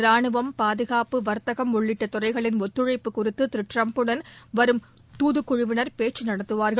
ராணுவம் பாதுகாப்பு வர்த்தகம் உள்ளிட்ட துறைகளின் ஒத்துழைப்பு குறித்து திரு ட்டிரம்புடன் வரும் தூதுக்குழுவினர் பேச்சு நடத்துவார்கள்